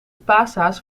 paashaas